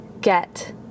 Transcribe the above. get